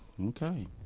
Okay